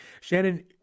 Shannon